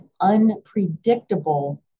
unpredictable